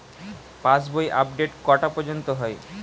পাশ বই আপডেট কটা পর্যন্ত হয়?